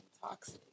toxic